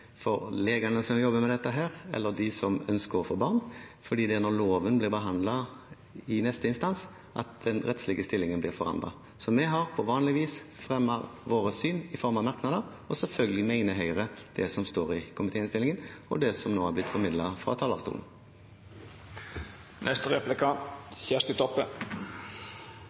for legene som jobber med dette, eller for dem som ønsker å få barn, fordi det er når loven blir behandlet i neste instans at den rettslige stillingen blir forandret. Vi har på vanlig vis fremmet våre syn i form av merknader. Selvfølgelig mener Høyre det som står i komitéinnstillingen, og det som har blitt formidlet fra